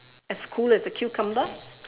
as cool as a cucumber